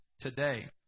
today